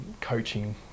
coaching